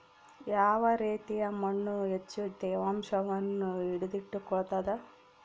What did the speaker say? ಯಾವ ರೇತಿಯ ಮಣ್ಣು ಹೆಚ್ಚು ತೇವಾಂಶವನ್ನು ಹಿಡಿದಿಟ್ಟುಕೊಳ್ತದ?